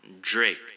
Drake